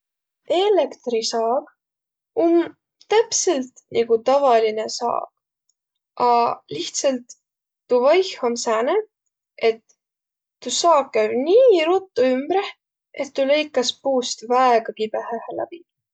Eelektrisaag um täpselt niguq tavalinõ saag, aq lihtsält tuu vaih om sääne, et tuu saag käü nii ruttu ümbre, et tuu lõikas puust väega kibõhõhe läbi.